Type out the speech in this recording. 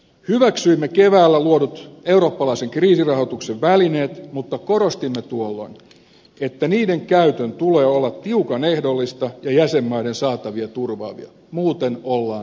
hyväksyimme keväällä luodut eurooppalaisen kriisirahoituksen välineet mutta korostimme tuolloin että niiden käytön tulee olla tiukan ehdollista ja jäsenmaiden saatavat turvaavia muuten ollaan liukkaalla tiellä